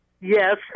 Yes